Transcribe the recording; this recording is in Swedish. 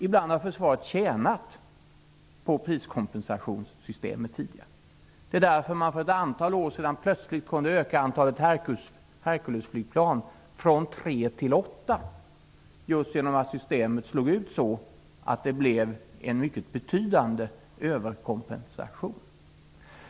Ibland har försvaret tjänat på priskompensationssystemet. Det är därför man för ett antal år sedan plötsligt kunde öka antalet herculesflygplan från tre till åtta, just genom att utslaget av systemet blev en mycket betydande överkompensation.